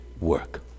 work